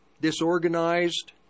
disorganized